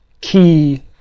key